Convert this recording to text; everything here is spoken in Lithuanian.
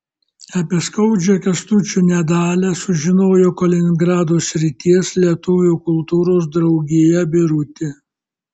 apie skaudžią kęstučio nedalią sužinojo kaliningrado srities lietuvių kultūros draugija birutė